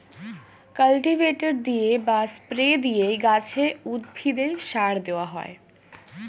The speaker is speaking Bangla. কাল্টিভেটর দিয়ে বা স্প্রে দিয়ে গাছে, উদ্ভিদে সার দেওয়া হয়